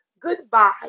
goodbye